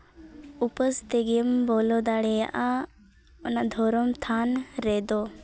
ᱩᱯᱟᱹᱥ ᱛᱮᱜᱮᱢ ᱵᱚᱞᱚ ᱫᱟᱲᱮᱭᱟᱜᱼᱟ ᱚᱱᱟ ᱫᱷᱚᱨᱚᱢ ᱛᱷᱟᱱ ᱨᱮᱫᱚ